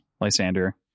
Lysander